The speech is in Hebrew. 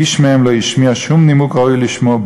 איש מהם לא השמיע ולו נימוק אחד ראוי לשמו,